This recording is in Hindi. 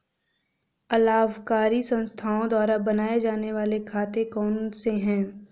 अलाभकारी संस्थाओं द्वारा बनाए जाने वाले खाते कौन कौनसे हैं?